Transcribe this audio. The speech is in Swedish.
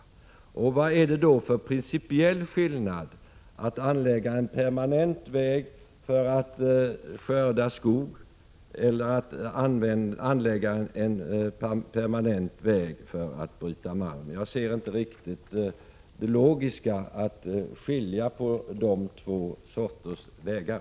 Vad är det då för principiell skillnad mellan att anlägga en permanent väg för att skörda skog och att anlägga en permanent väg för att bryta malm? Jag ser inte riktigt det logiska i att skilja på dessa två typer av vägar.